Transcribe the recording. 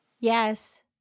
Yes